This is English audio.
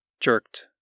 jerked